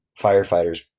firefighters